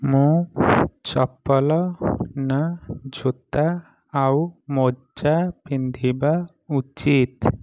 ମୁଁ ଚପଲ ନା ଜୋତା ଆଉ ମୋଜା ପିନ୍ଧିବା ଉଚିତ